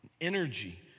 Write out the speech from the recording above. energy